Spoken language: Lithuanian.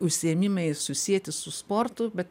užsiėmimai susieti su sportu bet